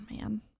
man